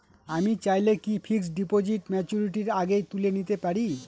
আমি চাইলে কি ফিক্সড ডিপোজিট ম্যাচুরিটির আগেই তুলে নিতে পারি?